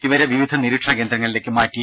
ഇവരെ വിവിധ നിരീക്ഷണ കേന്ദ്രങ്ങളിലേക്ക് മാറ്റി